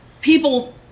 people